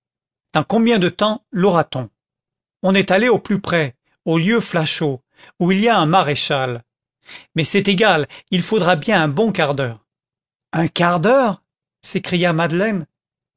dans combien de temps laura t on on est allé au plus près au lieu flachot où il y a un maréchal mais c'est égal il faudra bien un bon quart d'heure un quart d'heure s'écria madeleine